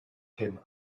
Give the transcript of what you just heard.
him